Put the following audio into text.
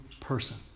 person